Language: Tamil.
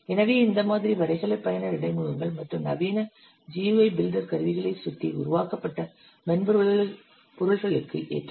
எனவே இந்த மாதிரி வரைகலை பயனர் இடைமுகங்கள் மற்றும் நவீன GUI பில்டர் கருவிகளைச் சுற்றி உருவாக்கப்பட்ட மென்பொருள்களுக்கு ஏற்றது